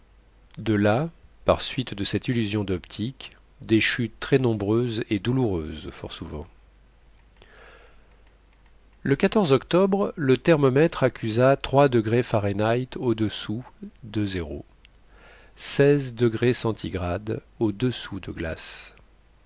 de là par suite de cette illusion d'optique des chutes très nombreuses et douloureuses fort souvent le octobre le thermomètre accusa trois degrés fahrenheit audessous de zéro